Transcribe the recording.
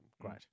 Great